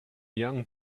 young